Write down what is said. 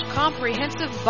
comprehensive